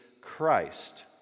Christ